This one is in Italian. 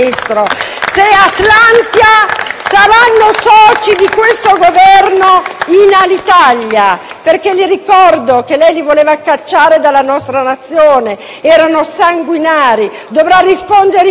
sarà socia del suo Governo in Alitalia. Ricordo che lei li voleva cacciare dalla nostra Nazione perché sanguinari. Dovrà rispondere in questo Parlamento, in quest'Aula,